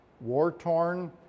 war-torn